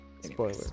Spoiler